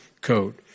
code